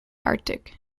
arctic